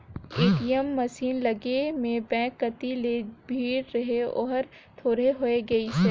ATM machine लगे में bank कति जे भीड़ रहें ओहर थोरहें होय गईसे